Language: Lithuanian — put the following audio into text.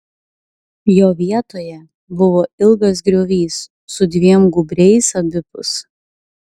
jo vietoje buvo ilgas griovys su dviem gūbriais abipus